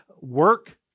Work